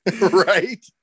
right